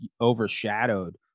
overshadowed